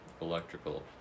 electrical